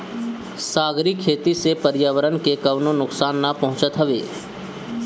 सागरी खेती से पर्यावरण के कवनो नुकसान ना पहुँचत हवे